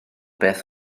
beth